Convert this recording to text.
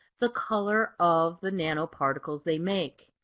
the color of the nanoparticles they make.